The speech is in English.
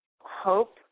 hope